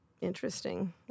interesting